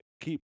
keep